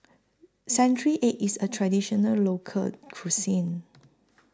Century Egg IS A Traditional Local Cuisine